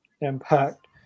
Impact